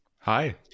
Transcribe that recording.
Hi